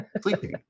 sleeping